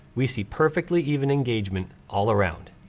we see perfectly even engagement all around.